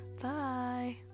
Bye